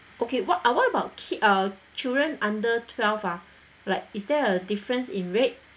okay what ah what about kid uh children under twelve ah like is there a difference in rate